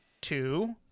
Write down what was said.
two